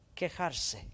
quejarse